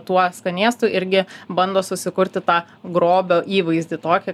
tuo skanėstu irgi bando susikurti tą grobio įvaizdį tokį